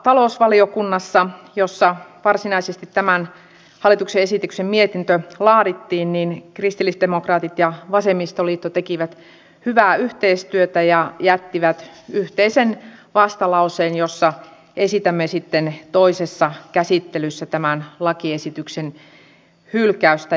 talousvaliokunnassa jossa varsinaisesti tämän hallituksen esityksen mietintö laadittiin kristillisdemokraatit ja vasemmistoliitto tekivät hyvää yhteistyötä ja jättivät yhteisen vastalauseen jossa esitämme sitten toisessa käsittelyssä tämän lakiesityksen hylkäystä